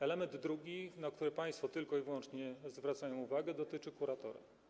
Element drugi, na który państwo tylko i wyłącznie zwracają uwagę, dotyczy kuratora.